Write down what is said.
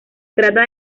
trata